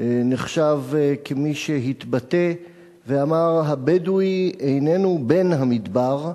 נחשב מי שאמר: הבדואי איננו בן המדבר,